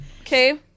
Okay